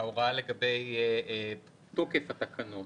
ההוראה לגבי תוקף התקנות